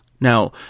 Now